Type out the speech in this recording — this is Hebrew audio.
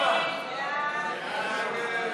נגד.